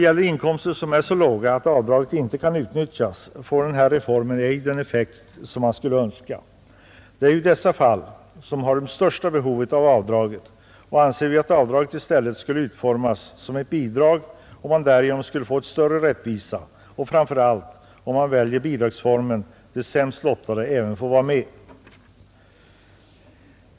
För inkomster som är så låga att avdraget inte kan utnyttjas får denna reform ej den effekt som man skulle önska. Det är ju människor med dessa låga inkomster som har det största behovet av avdraget. Vi anser att avdraget i stället skulle utformas som ett bidrag. Därigenom skulle man få ut större rättvisa och framför allt — om man väljer bidragsformen — skulle de sämst lottade få vara med.